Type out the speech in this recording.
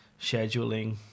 scheduling